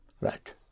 Right